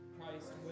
Christ